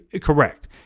correct